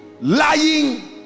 lying